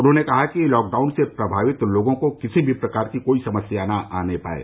उन्होंने कहा कि लॉकडाउन से प्रभावित लोगों को किसी भी प्रकार की कोई समस्या न आने पाये